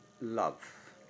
love